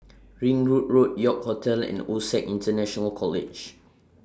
Ring Road Road York Hotel and OSAC International College